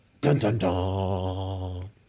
Dun-dun-dun